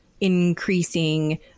increasing